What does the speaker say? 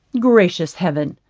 gracious heaven,